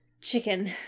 chicken